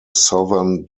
southern